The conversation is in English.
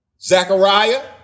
Zechariah